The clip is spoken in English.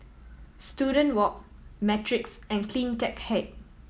Student Walk Matrix and Cleantech Height